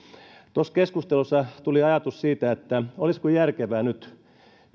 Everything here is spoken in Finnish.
tuossa keskustelussa tuli ajatus siitä olisiko järkevää nyt